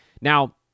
Now